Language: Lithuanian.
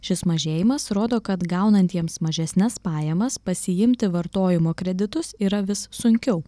šis mažėjimas rodo kad gaunantiems mažesnes pajamas pasiimti vartojimo kreditus yra vis sunkiau